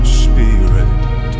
spirit